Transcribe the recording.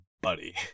buddy